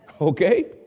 Okay